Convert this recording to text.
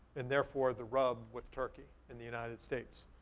and therefore the rub with turkey and the united states.